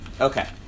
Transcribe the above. Okay